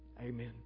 Amen